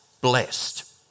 blessed